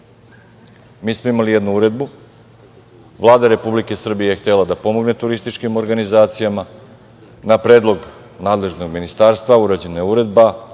Mi smo imali jednu uredbu, Vlada Republike Srbije je htela da pomogne turističkim organizacijama. Na predlog nadležnog ministarstva urađena je uredba,